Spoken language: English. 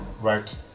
right